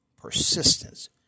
persistence